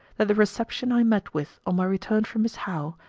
that the reception i met with on my return from miss howe,